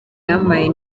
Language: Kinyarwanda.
yampaye